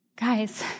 Guys